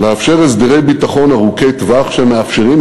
לאפשר הסדרי ביטחון ארוכי טווח שמאפשרים